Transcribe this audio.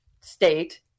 state